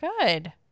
Good